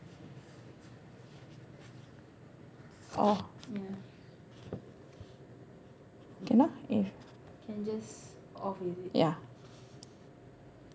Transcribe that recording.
off can ah if ya